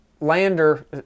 lander